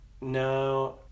No